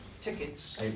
tickets